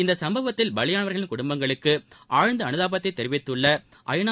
இந்த சம்பவத்தில் பலியானவா்களின் குடும்பங்களுக்கு ஆழ்ந்த அனுதாபத்தை தெிவித்துள்ள ஐநா